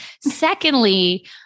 Secondly